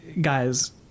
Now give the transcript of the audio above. guys